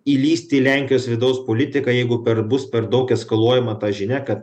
įlįst į lenkijos vidaus politiką jeigu per bus per daug eskaluojama ta žinia kad